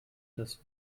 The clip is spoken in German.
das